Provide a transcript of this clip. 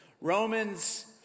Romans